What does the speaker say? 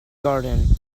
garden